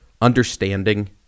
understanding